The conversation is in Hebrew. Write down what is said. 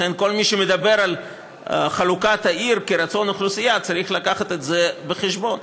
לכן כל מי שמדבר על חלוקת העיר כרצון אוכלוסייה צריך לקחת את זה בחשבון.